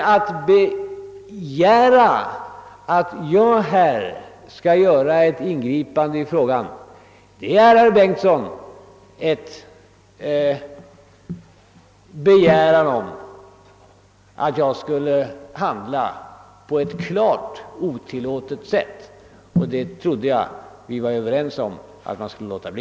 Att begära att jag skall göra ett ingripande i frågan är, herr Bengtson, att begära att jag skulle handla på ett klart otillåtet sätt. Det trodde jag att vi var överens om att man skall låta bli.